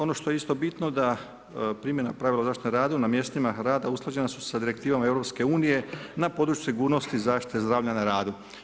Ono što je isto bitno da primjena pravila zaštite na radu na mjestima rada usklađena su sa direktivama Europske unije na području sigurnosti zaštite zdravlja na radu.